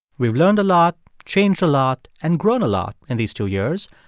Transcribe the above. we've learned a lot, changed a lot and grown a lot in these two years.